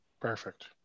Perfect